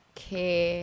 Okay